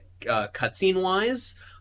cutscene-wise